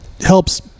helps